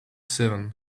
seven